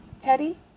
Teddy